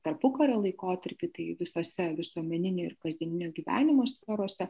tarpukario laikotarpy tai visose visuomeninio ir kasdieninio gyvenimo sferose